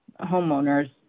homeowners